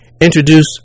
Introduce